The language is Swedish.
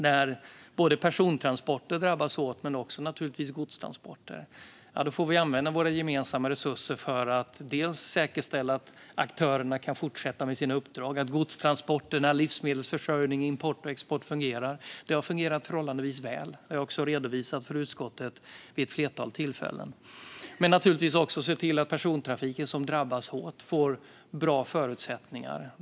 När både persontransporter och godstransporter drabbas hårt får vi använda våra gemensamma resurser för att säkerställa att aktörerna kan fortsätta med sina uppdrag och att godstransporterna, livsmedelsförsörjningen, importen och exporten fungerar. Detta har fungerat förhållandevis väl, och det har jag redovisat för utskottet vid ett flertal tillfällen. Vi måste också se till att persontrafiken, som drabbas hårt, får bra förutsättningar.